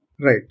Right